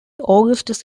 augustus